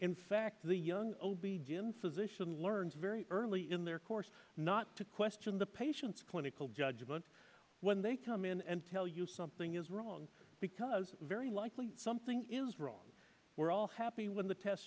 in fact the young physician learns very early in their course not to question the patient's clinical judgment when they come in and tell you something is wrong because very likely something is wrong we're all happy when the test